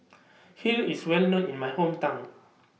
Kheer IS Well known in My Hometown